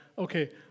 okay